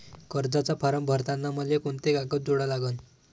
कर्जाचा फारम भरताना मले कोंते कागद जोडा लागन?